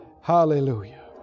Hallelujah